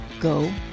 Go